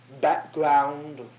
background